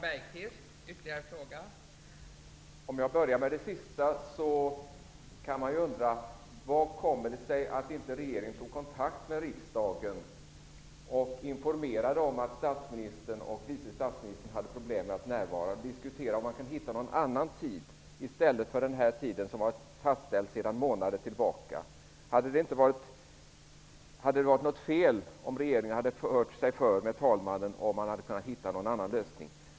Fru talman! Jag börjar med det sista. Man kan undra hur det kommer sig att regeringen inte tagit kontakt med riksdagen för att informera om att statsministern och vice statsministern hade problem att närvara i dag och för att diskutera om man kunde hitta någon annan tid i stället för den här tiden, som är fastställd sedan månader tillbaka. Hade det varit fel om regeringen hade hört sig för hos talmannen om möjligheterna att hitta en annan lösning?